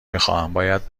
میخواهم، باید